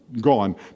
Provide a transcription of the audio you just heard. gone